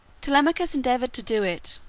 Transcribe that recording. telemachus endeavored to do it,